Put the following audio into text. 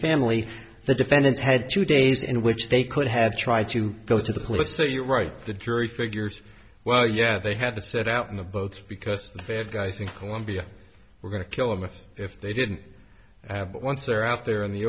family the defendant had two days in which they could have tried to go to the police so you're right the jury figures well yeah they had to sit out in the boats because the bad guys think olympia were going to kill him with if they didn't have but once they're out there in the